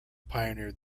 pioneered